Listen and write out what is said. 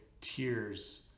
tears